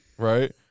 Right